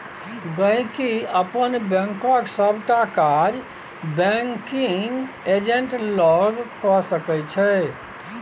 गांहिकी अपन बैंकक सबटा काज बैंकिग एजेंट लग कए सकै छै